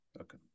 okay